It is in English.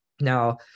Now